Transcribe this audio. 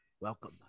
Welcome